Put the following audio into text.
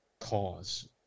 cause